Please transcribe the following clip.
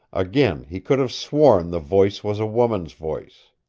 again he could have sworn the voice was a woman's voice.